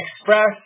express